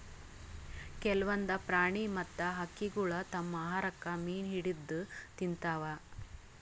ಕೆಲ್ವನ್ದ್ ಪ್ರಾಣಿ ಮತ್ತ್ ಹಕ್ಕಿಗೊಳ್ ತಮ್ಮ್ ಆಹಾರಕ್ಕ್ ಮೀನ್ ಹಿಡದ್ದ್ ತಿಂತಾವ್